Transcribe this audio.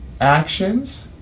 Actions